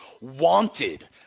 wanted –